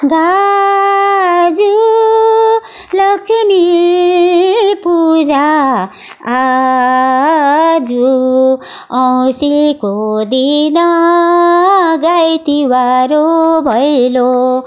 गाजु लक्ष्मी पूजा आजु औँसीको दिन गाई तिहार हो भैलो